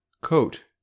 COAT